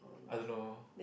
I don't know